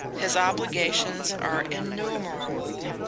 his obligations are innumerable,